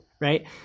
right